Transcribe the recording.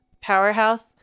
powerhouse